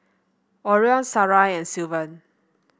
Orion Sarai and Sylvan